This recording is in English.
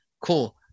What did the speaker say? Cool